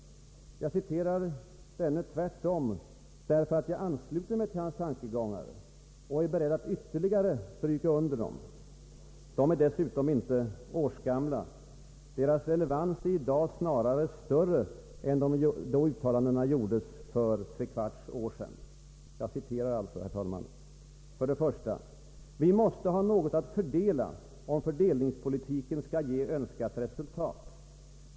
Jag citerar denne tvärtom därför att jag ansluter mig till hans tankegångar och är beredd att ytterligare understryka dem. De är dessutom ännu inte årsgamla. Deras relevans är i dag snarare större än då uttalandena gjordes för tre kvarts år sedan. Herr talman! Jag ber att få citera: 1. ”Vi måste ha något att fördela om fördelningspolitiken skall ge önskat resultat.